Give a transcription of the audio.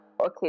okay